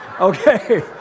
Okay